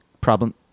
problem